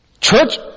church